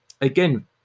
again